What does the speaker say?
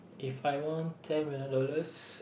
If I won ten million dollars